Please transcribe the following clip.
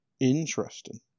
Interesting